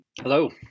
Hello